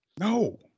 No